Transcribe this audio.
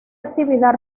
actividad